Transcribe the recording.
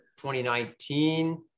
2019